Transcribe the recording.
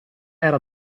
era